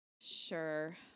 Sure